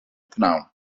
prynhawn